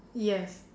yes